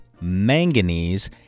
manganese